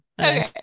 Okay